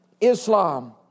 Islam